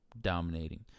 dominating